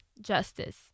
justice